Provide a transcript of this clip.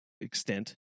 extent